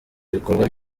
ibikorwa